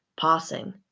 Passing